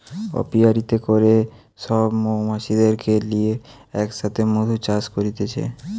অপিয়ারীতে করে সব মৌমাছিদেরকে লিয়ে এক সাথে মধু চাষ করতিছে